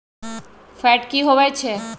Fat की होवछै?